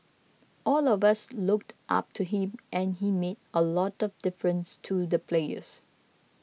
all of us looked up to him and he made a lot of difference to the players